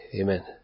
Amen